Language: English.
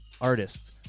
artists